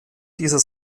dieser